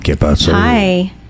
Hi